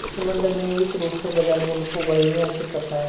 प्रबंधक नियमित रूप से बाज़ार मूल्य को बही में अंकित करता है